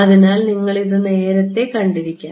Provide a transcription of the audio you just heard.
അതിനാൽ നിങ്ങൾ ഇത് നേരത്തെ കണ്ടിരിക്കാം